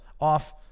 off